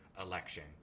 election